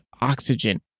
oxygen